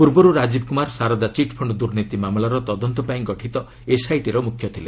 ପୂର୍ବରୁ ରାଜୀବ କୁମାର ସାରଦା ଚିଟ୍ଫଶ୍ଡ ଦୁର୍ନୀତି ମାମଲାର ତଦନ୍ତ ପାଇଁ ଗଠିତ ଏସ୍ଆଇଟିର ମୁଖ୍ୟ ଥିଲେ